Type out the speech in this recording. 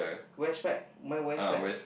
wear spec mine wear spec